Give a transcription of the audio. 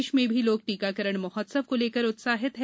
प्रदेश में भी लोग टीकाकरण महोत्सव को लेकर उत्साहित हैं